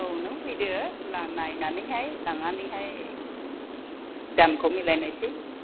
औ नों फैदो नायनानैहाय लांनानैहाय दामखौ मिलायनायसै